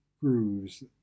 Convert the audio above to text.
grooves